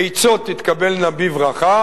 עצות תתקבלנה בברכה,